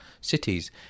cities